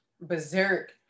berserk